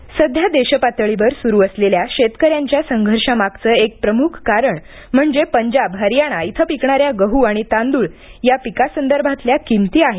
कृषिक सध्या देशपातळीवर सुरू असलेल्या शेतकऱ्यांच्या संघर्षामागचं एक प्रमुख कारण म्हणजे पंजाब हरियाणा इथं पिकणाऱ्या गहू तांदूळ या पिकासंदर्भातील किंमती आहेत